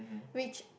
which